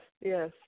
yes